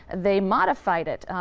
they modified it.